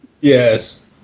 yes